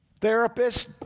therapist